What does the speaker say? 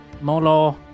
Molo